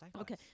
Okay